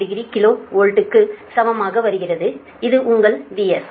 540 kilo வோல்ட்க்கு சமமாக வருகிறது இது உங்கள் VS